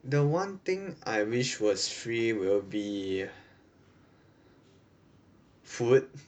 the one thing I wish was free will be food